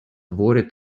worried